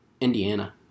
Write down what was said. Indiana